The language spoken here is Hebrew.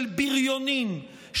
של בריונים,